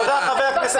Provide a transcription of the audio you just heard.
במקרה